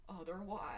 otherwise